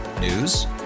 News